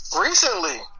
Recently